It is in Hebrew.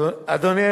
אדוני,